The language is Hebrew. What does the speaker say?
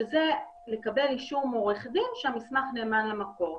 שזה לקבל אישור מעורך דין שהמסמך נאמן למקור.